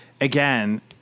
again